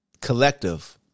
collective